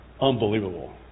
unbelievable